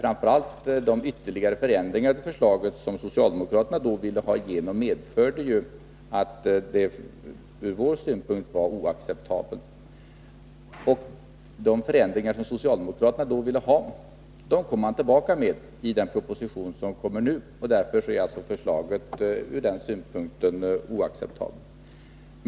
Framför allt de ytterligare förändringar i förslaget som socialdemokraterna då ville ha igenom medförde att det ur vår synpunkt var oacceptabelt. De förändringar socialdemokraterna då ville ha kommer man tillbaka med i den proposition som vi behandlar nu, och därför är förslaget ur den synpunkten oacceptabelt.